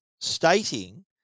stating